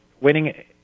winning